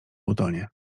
utonie